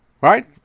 Right